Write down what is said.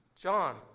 John